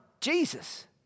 Jesus